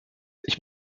ich